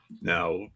Now